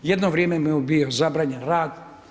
Jedno vrijeme mu je bio zabranjen rad.